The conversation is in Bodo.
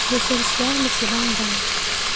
बोसोरसेआ बेसेबां दान